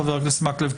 חבר הכנסת מקלב,